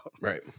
Right